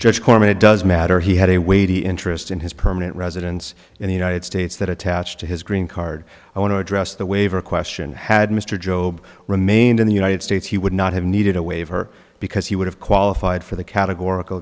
judge korman it does matter he had a weighty interest in his permanent residence in the united states that attached to his green card i want to address the waiver question had mr job remained in the united states he would not have needed a waiver because he would have qualified for the categor